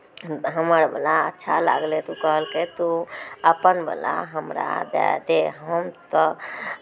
हमरवला अच्छा लागलै तऽ ओ कहलकै तोँ अपनवला हमरा दए दे हम तऽ